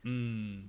mm